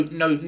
no